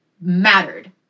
mattered